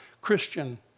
Christian